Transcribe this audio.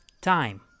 time